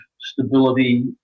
stability